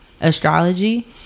astrology